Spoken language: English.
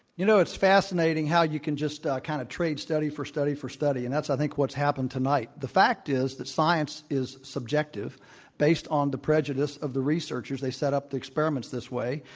you know, it's fascinating how you can just kind of trade study for study for study. and that's i think what's happened tonight. the fact is that science is subjective based on the prejudice of the researchers. they set up the experiments this way.